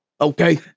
Okay